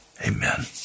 Amen